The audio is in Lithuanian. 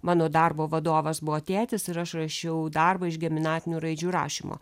mano darbo vadovas buvo tėtis ir aš rašiau darbą iš geminatinių raidžių rašymo